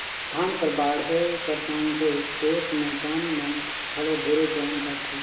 धान कर बाढ़े कर संघे खेत मे बन मन घलो ढेरे जाएम जाथे